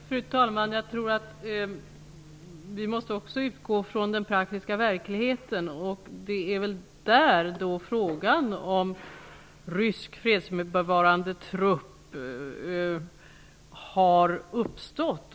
Fru talman! Jag tror att vi också måste utgå från den praktiska verkligheten. Det är då frågan om rysk fredsbevarande trupp har uppstått.